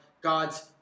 God's